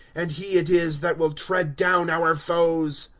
and he it is that wil! tread down our foes,